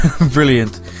Brilliant